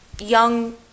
young